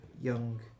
young